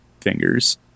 fingers